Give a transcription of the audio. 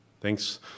Thanks